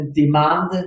demand